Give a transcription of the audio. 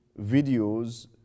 videos